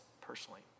personally